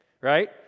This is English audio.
right